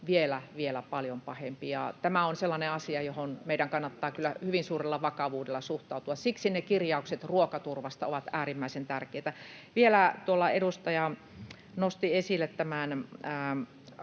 vielä paljon pahempi. Tämä on sellainen asia, johon meidän kannattaa kyllä hyvin suurella vakavuudella suhtautua. Siksi ne kirjaukset ruokaturvasta ovat äärimmäisen tärkeitä. Vielä edustaja Huttunen nosti esille tämän